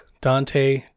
Dante